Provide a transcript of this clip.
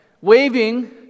waving